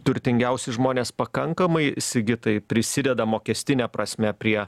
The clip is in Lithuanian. turtingiausi žmonės pakankamai sigitai prisideda mokestine prasme prie